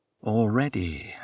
Already